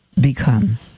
become